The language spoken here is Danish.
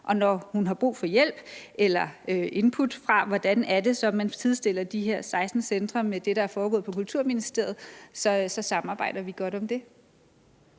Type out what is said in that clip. Og når hun har brug for hjælp eller input til, hvordan det så er, at man sidestiller de her 16 centre med det, der er foregået på Kulturministeriets område, så samarbejder vi godt om det.